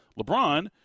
LeBron